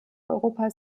europa